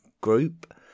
group